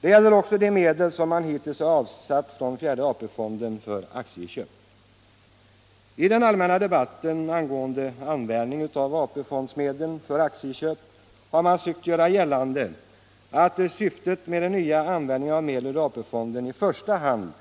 Detta gäller också de medel som hittills avsatts från fjärde AP-fonden för aktieköp. I den allmänna debatten angående användningen av AP-fondsmedel för aktieköp har man försökt göra gällande att syftet med den nya användningen av medel ur AP-fonden i första hand